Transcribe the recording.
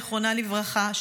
זיכרונה לברכה,